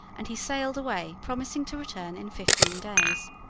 and he sailed away, promising to return in fifteen days.